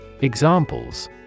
Examples